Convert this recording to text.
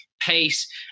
pace